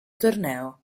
torneo